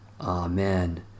Amen